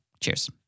Cheers